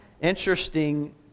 Interesting